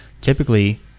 Typically